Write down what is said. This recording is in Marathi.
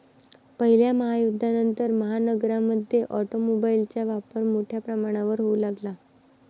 पहिल्या महायुद्धानंतर, महानगरांमध्ये ऑटोमोबाइलचा वापर मोठ्या प्रमाणावर होऊ लागला